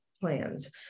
plans